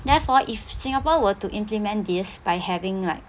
therefore if singapore were to implement this by having like